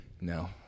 No